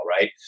Right